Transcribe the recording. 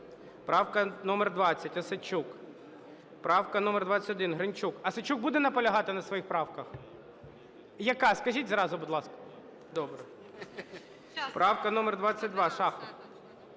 Правка номер 20, Осадчук. Правка номер 21, Гринчук. Осадчук, буде наполягати на своїх правках? Яка, скажіть зразу, будь ласка? Добре. Правка номер 22, Шахов.